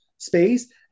space